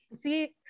see